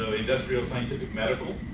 industrial scientific medical,